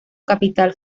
capital